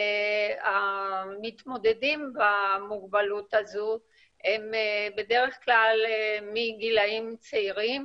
המתמודדים במוגבלות הזו הם בדרך כלל מגילאים צעירים,